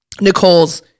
Nicole's